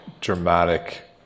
dramatic